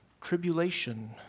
tribulation